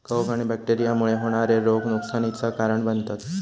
कवक आणि बैक्टेरिया मुळे होणारे रोग नुकसानीचा कारण बनतत